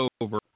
over